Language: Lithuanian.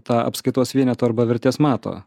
tą apskaitos vieneto arba vertės mato